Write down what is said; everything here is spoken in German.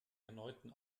erneuten